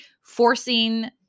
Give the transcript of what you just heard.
forcing